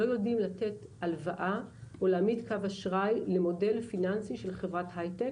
לא יודעים לתת הלוואה או להעמיד קו אשראי למודל פיננסי של חברת הייטק